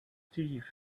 teeth